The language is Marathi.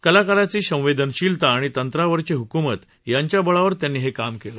कलाकाराची संवेदनशीलता आणि तंत्रावस्ची हुकूमत यांच्या बळावर त्यांनी हे काम केलं